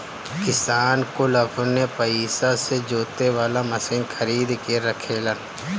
किसान कुल अपने पइसा से जोते वाला मशीन खरीद के रखेलन